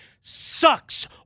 sucks